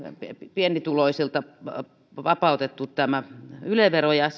pienituloisilta heidät olisi vapautettu tästä yle verosta ja